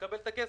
מקבל את הכסף.